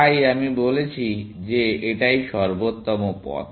তাই আমি বলছি যে এটাই সর্বোত্তম পথ